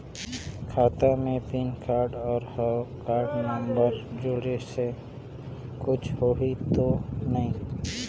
खाता मे PAN card और हव कारड नंबर जोड़े से कुछ होही तो नइ?